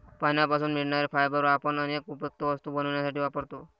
पानांपासून मिळणारे फायबर आपण अनेक उपयुक्त वस्तू बनवण्यासाठी वापरतो